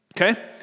okay